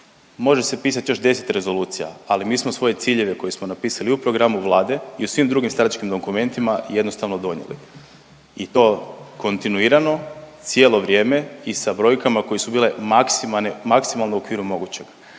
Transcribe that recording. Može se pisat još 10 rezolucija ali mi svoje ciljeve koje smo napisali u programu Vlade i u svim drugim stranačkim dokumentima jednostavno donijeli i to kontinuirano, cijelo vrijeme i sa brojkama koje su bile maksimalne u okviru mogućeg.